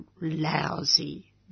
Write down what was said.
lousy